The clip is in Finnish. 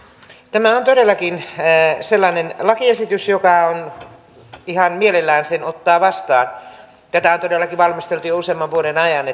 tämä on todellakin sellainen lakiesitys jonka ihan mielellään ottaa vastaan tätä on todellakin valmisteltu jo useamman vuoden ajan